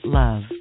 love